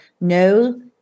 no